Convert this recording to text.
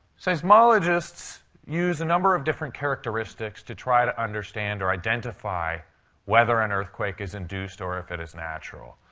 seismologists use a number of different characteristics to try to understand or identify whether an earthquake is induced or if it is natural.